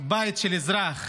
בית של אזרח?